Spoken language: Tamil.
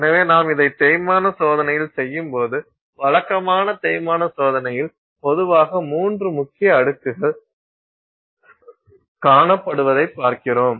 எனவே நாம் இதை தேய்மான சோதனையில் செய்யும்போது வழக்கமான தேய்மான சோதனையில் பொதுவாக மூன்று முக்கிய அடுக்குகள் காணப்படுவதைக் பார்க்கிறோம்